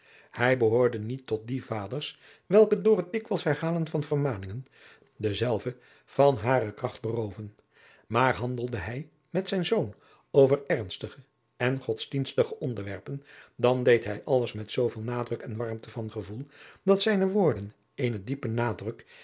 hij behoorde niet tot die vaders welke door het dikwijls herhalen van vermaningen dezelve van hare kracht berooven maar handelde hij met zijn zoon over ernstige en godsdienstige onderwerpen dan deed hij alles met zooveel nadruk en warmte van gevoel dat zijne woorden eenen diepen nadruk